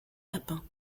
lapin